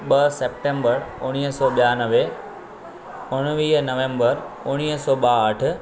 ॿ सेप्टेंबर उणिवीह सौ ॿियानवे उणिवीह नवंबर उणिवीह सौ ॿाहठि